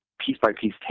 piece-by-piece